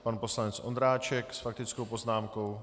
Pan poslanec Ondráček s faktickou poznámkou.